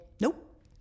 nope